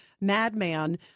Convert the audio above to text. madman